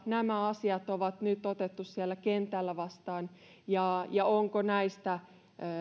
nämä asiat on otettu siellä kentällä vastaan ja ja onko näistä